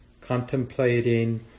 contemplating